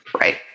Right